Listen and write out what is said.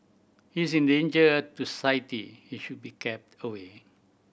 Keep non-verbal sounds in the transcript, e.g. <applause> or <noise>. he is in danger to <unintelligible> and should be kept away